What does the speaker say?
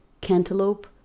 cantaloupe